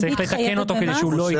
וצריך לתקן אותו כדי שהוא לא יהיה.